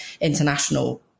international